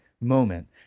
moment